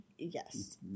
Yes